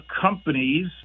companies